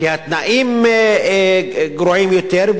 כי התנאים גרועים יותר,